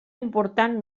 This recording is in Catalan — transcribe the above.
important